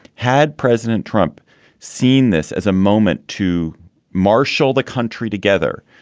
had president trump seen this as a moment to marshal the country together,